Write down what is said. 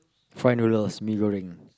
fried noodles mee-goreng